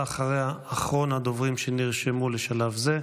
ואחריה, אחרון הדוברים שנרשמו לשלב זה,